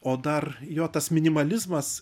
o dar jo tas minimalizmas